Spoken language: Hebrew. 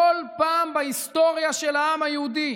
כל פעם בהיסטוריה של העם היהודי,